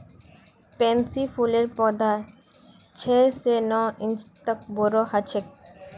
pansy फूलेर पौधा छह स नौ इंच तक बोरो ह छेक